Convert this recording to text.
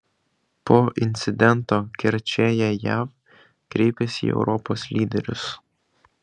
po incidento kerčėje jav kreipiasi į europos lyderius